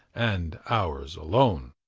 and ours alone.